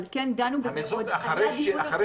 אבל כן דנו בזה אחרי הדיון --- המיזוג אחרי שכבר